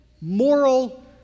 moral